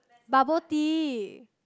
bubble tea